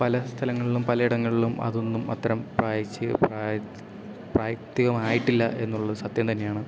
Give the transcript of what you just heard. പല സ്ഥലങ്ങളിലും പല ഇടങ്ങളിലും അതൊന്നും അത്തരം പ്രായത്തികമായിട്ടില്ല എന്നുള്ളത് സത്യം തന്നെയാണ്